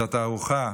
התערוכה,